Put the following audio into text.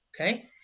okay